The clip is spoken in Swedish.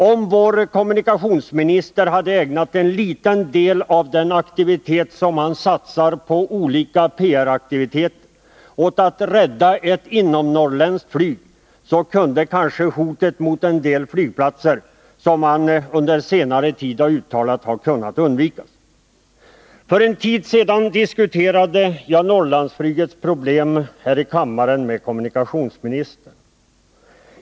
Om vår kommunikationsminister hade ägnat en liten del av den aktivitet han satsat på olika PR-aktiviteter åt att rädda ett inomnorrländskt flyg, skulle kanske det hot han under senare tid har uttalat mot en del flygplatser ha kunnat undvikas. För en tid sedan diskuterade jag här i kammaren Norrlandsflygets problem med kommunikationsministern.